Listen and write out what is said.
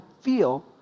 feel